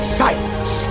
silence